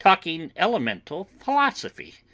talking elemental philosophy,